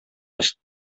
aski